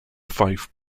fife